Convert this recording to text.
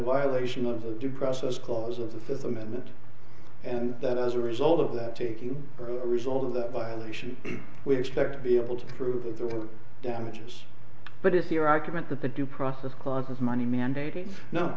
violation of the due process clause of the fifth amendment and that as a result of that taking a result of that violation we expect to be able to prove that there were damages but is here i comment that the due process clause is money mandating no